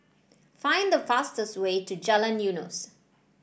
find the fastest way to Jalan Eunos